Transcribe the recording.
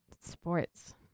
sports